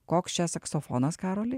koks čia saksofonas karoli